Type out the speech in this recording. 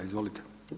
Izvolite.